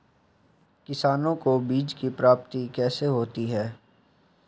किसानों को बीज की प्राप्ति कैसे होती है?